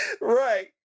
right